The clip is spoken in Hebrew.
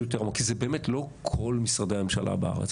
יותר עמוק כי זה באמת לא כל משרדי הממשלה בארץ,